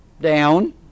down